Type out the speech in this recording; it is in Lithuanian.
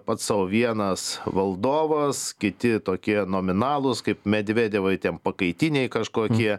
pats sau vienas valdovas kiti tokie nominalūs kaip medvedevai ten pakaitiniai kažkokie